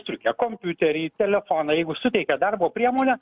striukę kompiuterį telefoną jeigu suteikia darbo priemonę